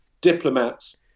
diplomats